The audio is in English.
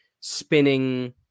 spinning